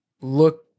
look